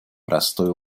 простое